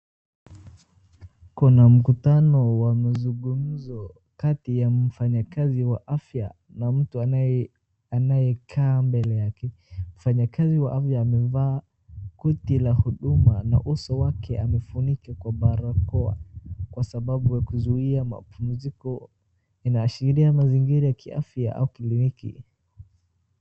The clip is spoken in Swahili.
Kuna mkutano wa mazungumzo kati ya mfanyikazi wa afya na mtu anayekaa mbele yake. Mfanyikazi wa afya amevaa koti la huudma na uso wake amefunika kwa Barakoa kwa sababu ya kuzuia mapumziko. Inaonyesha mazingira ya kiafya au kliniki.